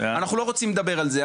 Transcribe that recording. אנחנו לא ורצים לדבר על זה,